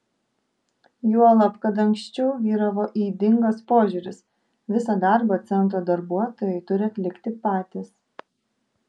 juolab kad anksčiau vyravo ydingas požiūris visą darbą centro darbuotojai turi atlikti patys